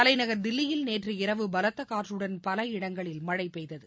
தலைநகர் தில்லியில் நேற்று இரவு பலத்தகாற்றுடன் பல இடங்களில் மழைபெய்தது